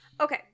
Okay